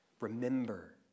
remember